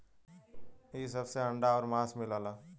इ सब से अंडा आउर मांस मिलला